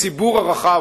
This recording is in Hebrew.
הציבור הרחב,